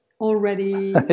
already